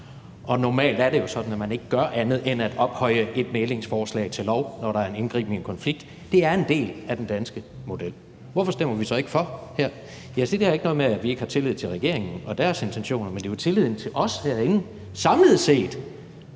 Normalt er det jo sådan, at man ikke gør andet end at ophøje et mæglingsforslag til lov, når der er en indgriben i en konflikt. Det er en del af den danske model. Hvorfor stemmer vi så ikke for her? Ja, det har ikke noget at gøre med, at vi ikke har tillid til regeringen og dens intentioner, men det er jo tilliden til os herinde samlet set,